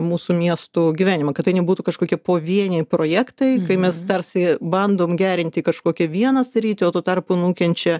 mūsų miestų gyvenimą kad tai nebūtų kažkokie pavieniai projektai kai mes tarsi bandom gerinti kažkokią vieną sritį o tuo tarpu nukenčia